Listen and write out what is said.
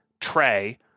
tray